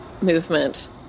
movement